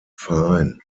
verein